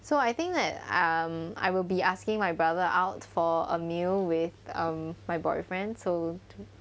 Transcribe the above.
so I think that um I will be asking my brother out for a meal with um my boyfriend so